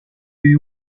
you